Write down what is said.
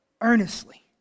earnestly